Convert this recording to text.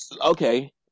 okay